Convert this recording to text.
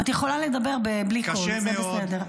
את יכולה לדבר בלי קול, זה בסדר, פנטומימה.